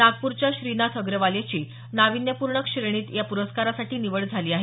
नागपूरच्या श्रीनाथ अग्रवाल याची नावीन्यपूर्ण श्रेणीत या पुरस्कारासाठी निवड झाली आहे